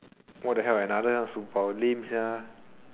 what the hell another ask superpower lame sia